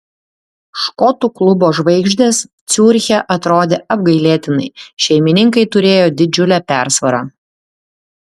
škotų klubo žvaigždės ciuriche atrodė apgailėtinai šeimininkai turėjo didžiulę persvarą